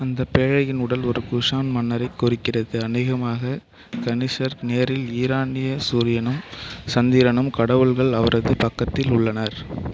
அந்தப் பேழையின் உடல் ஒரு குஷான் மன்னரைக் குறிக்கிறது அநேகமாக கனிஷ்கர் நேரில் ஈரானிய சூரியனும் சந்திரனும் கடவுள்கள் அவரது பக்கத்தில் உள்ளனர்